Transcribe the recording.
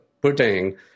putting